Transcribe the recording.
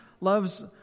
loves